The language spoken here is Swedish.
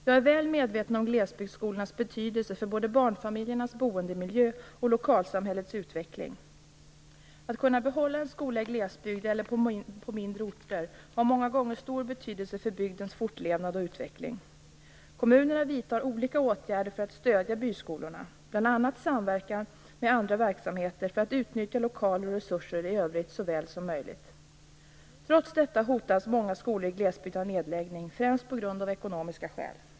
Jag är väl medveten om glesbygdsskolornas betydelse för både barnfamiljernas boendemiljö och lokalsamhällets utveckling. Att kunna behålla en skola i glesbygd eller på mindre orter har många gånger stor betydelse för bygdens fortlevnad och utveckling. Kommunerna vidtar olika åtgärder för att stödja byskolorna, bl.a. samverkan med andra verksamheter för att utnyttja lokaler och resurser i övrigt så väl som möjligt. Trots detta hotas många skolor i glesbygd av nedläggning, främst av ekonomiska skäl.